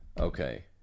Okay